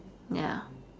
ya